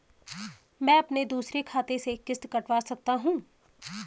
मैं अपने दूसरे खाते से किश्त कटवा सकता हूँ?